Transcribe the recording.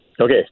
Okay